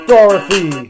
Dorothy